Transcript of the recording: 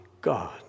God